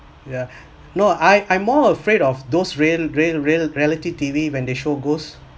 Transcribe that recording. yeah no I I'm more afraid of those real real real reality T_V when they show ghosts